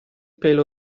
pelo